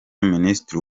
minisitiri